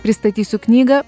pristatysiu knygą